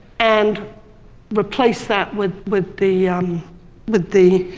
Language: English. and replace that with with the um but the